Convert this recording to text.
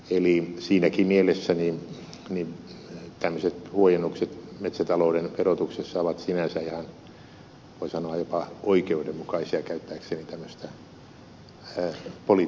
eli siinäkin mielessä tämmöiset huojennukset metsätalouden verotuksessa ovat sinänsä ihan voisi sanoa jopa oikeudenmukaisia käyttääkseni tämmöistä poliittista sanaa